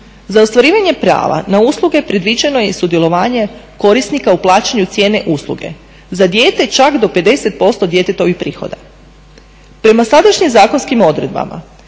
Za ostvarivanje prava na usluge predviđeno je i sudjelovanje korisnika u plaćanju cijene usluge. Za dijete čak do 50% djetetovih prihoda. Prema sadašnjim zakonskim odredbama